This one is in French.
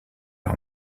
par